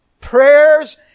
Prayers